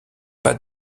pas